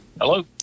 Hello